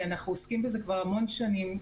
אנחנו עוסקים בזה כבר המון שנים.